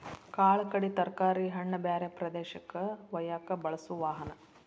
ಕಾಳ ಕಡಿ ತರಕಾರಿ ಹಣ್ಣ ಬ್ಯಾರೆ ಪ್ರದೇಶಕ್ಕ ವಯ್ಯಾಕ ಬಳಸು ವಾಹನಾ